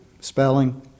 spelling